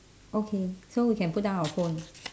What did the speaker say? okay so we can put down our phone